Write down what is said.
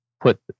put